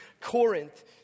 Corinth